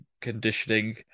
conditioning